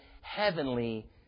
heavenly